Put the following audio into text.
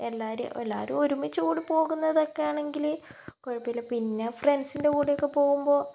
എല്ലാരെയും എല്ലാവരും ഒരുമിച്ച് കൂടി പോകുന്നത് ഒക്കെ ആണെങ്കിൽ കുഴപ്പില്ല പിന്നെ ഫ്രണ്ട്സിൻ്റെ കൂടെയൊക്കെ പോകുമ്പോൾ